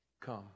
come